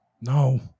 No